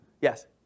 Yes